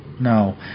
no